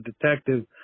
detective